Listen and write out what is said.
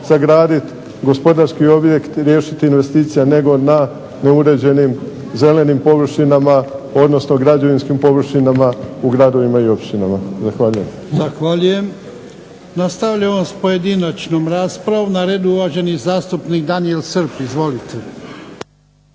sagraditi gospodarski objekt i riješiti investicija nego na neuređenim zelenim površinama, odnosno građevinskim površinama u gradovima i općinama. Zahvaljujem. **Jarnjak, Ivan (HDZ)** Zahvaljujem. Nastavljamo s pojedinačnom raspravom. Na redu je uvaženi zastupnik Daniel Srb, izvolite.